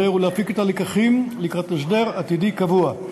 ולהפיק את הלקחים לקראת הסדר עתידי קבוע.